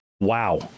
wow